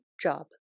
job